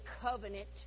covenant